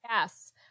yes